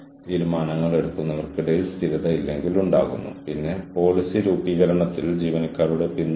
മികച്ച പരിശീലനങ്ങൾ പങ്കുവയ്ക്കുന്നതിൽ ഇവിടെയുള്ള പ്രാഥമിക ലക്ഷ്യങ്ങളിലൊന്ന് ടാലെന്റ്റ് മാനേജ്മെന്റ് ആണ്